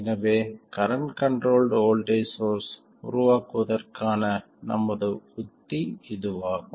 எனவே current controlled voltage source உருவாக்குவதற்கான நமது உத்தி இதுவாகும்